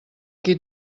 qui